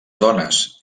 dones